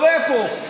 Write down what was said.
עולה לפה,